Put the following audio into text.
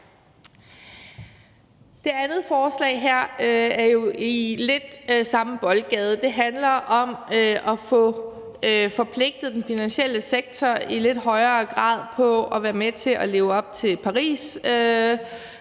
Det forslag her er lidt i samme boldgade som det foregående. Det handler om at få forpligtet den finansielle sektor på i lidt højere grad at være med til at leve op til